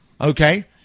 okay